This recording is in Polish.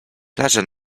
plaże